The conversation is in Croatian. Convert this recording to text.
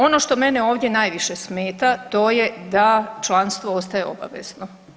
Ono što mene ovdje najviše smeta to je da članstvo ostaje obavezno.